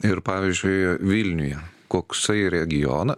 ir pavyzdžiui vilniuje koksai regijona